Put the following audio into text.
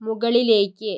മുകളിലേയ്ക്ക്